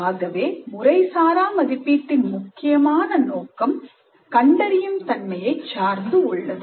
ஆகவே முறைசாரா மதிப்பீட்டின் முக்கியமான நோக்கம் கண்டறியும் தன்மையைச் சார்ந்து உள்ளது